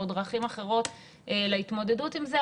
או דרכים אחרות להתמודדות עם זה,